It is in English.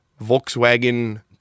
Volkswagen